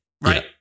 right